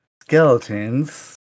Skeletons